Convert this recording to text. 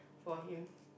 for him